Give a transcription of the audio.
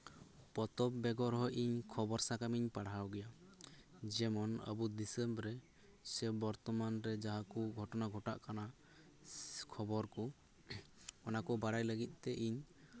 ᱯᱚᱛᱚᱵ ᱵᱮᱜᱚᱨ ᱤᱧ ᱠᱷᱚᱵᱚᱨ ᱥᱟᱠᱟᱢ ᱤᱧ ᱯᱟᱲᱦᱟᱣ ᱜᱮᱭᱟ ᱡᱮᱢᱚᱱ ᱟᱵᱚ ᱫᱤᱥᱚᱢ ᱨᱮ ᱥᱮ ᱵᱚᱨᱛᱚᱢᱟᱱ ᱨᱮ ᱡᱟᱦᱟᱸ ᱠᱚ ᱜᱷᱚᱴᱚᱱᱟ ᱜᱷᱚᱴᱟᱜ ᱠᱟᱱᱟ ᱠᱷᱚᱵᱚᱨ ᱠᱚ ᱚᱱᱟᱠᱚ ᱵᱟᱲᱟᱭ ᱞᱟᱹᱜᱤᱫ ᱛᱮ ᱤᱧ